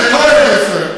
לכל ילדי ישראל.